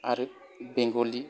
आरो बेंगलि